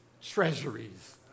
treasuries